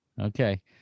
okay